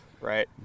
Right